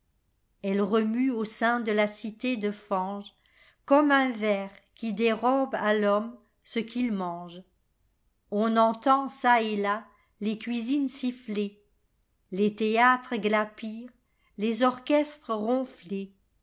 elle remue au sein do la cité de fange comme un ver qui dérobe à l'homme ce qu'il mange on entend çà et là les cuisines siffler les théâtres glapir les orchestres ronfler